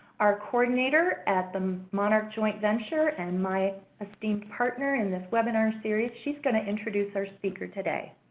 our coordinator at the monarch joint venture and my esteemed partner in this webinar series. she's going to introduce our speaker today.